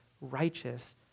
righteous